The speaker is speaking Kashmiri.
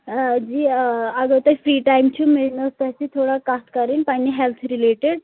آ جی اَگر تۄہہِ فرٛی ٹایم چھُو مےٚ ٲسۍ تۄہہِ سۭتۍ تھوڑا کَتھ کَرٕنۍ پَنٕنۍ ہٮ۪لٔتھ رِلیٹِڈ